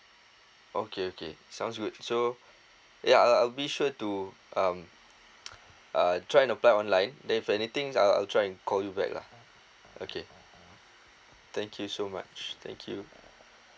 okay okay sounds good so ya I'll I'll be sure to um uh try to apply online then if anything I'll I'll try and call you back lah okay thank you so much thank you